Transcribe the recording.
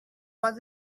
was